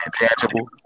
Intangible